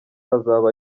azaba